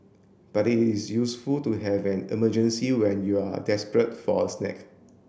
but it is useful to have an emergency when you are desperate for a snack